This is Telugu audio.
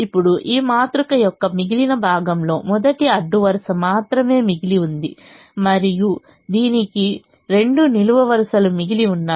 ఇప్పుడు ఈ మాతృక యొక్క మిగిలిన భాగంలో మొదటి అడ్డు వరుస మాత్రమే మిగిలి ఉంది మరియు దీనికి రెండు నిలువు వరుసలు మిగిలి ఉన్నాయి